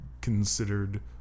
considered